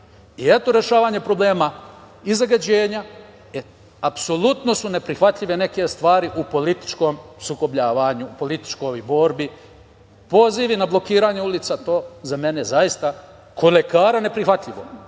Eto, rešavanja problema i zagađenja. Apsolutno su neprihvatljive neke stvari u političkom sukobljavanju, političkoj borbi, pozivi na blokiranje ulica. To je za mene zaista, kao lekara, neprihvatljivo.